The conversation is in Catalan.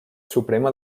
suprema